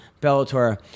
Bellator